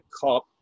cop